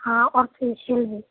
ہاں اور فیشیل بھی